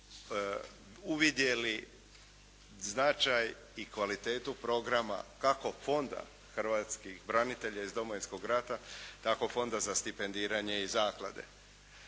uvidjeli značaj i kvalitetu programa kako Fonda hrvatskih branitelja iz Domovinskog rata tako i Fonda za stipendiranje i zaklade.